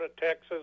Texas